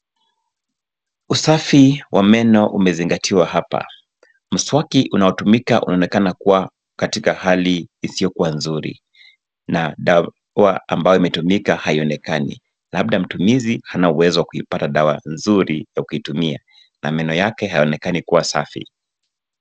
Usafi wa meno umezingatiwa hapa. Mswaki unaotumika unaonekana kuwa katika hali isiyokuwa nzuri na dawa ambayo imetumika haionekani labda mtumizi hana uwezo wa kuipata dawa nzuri ya kuitumia na meno yake hayaonekani kuwa safi.